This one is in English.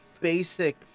Basic